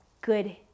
good